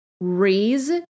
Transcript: raise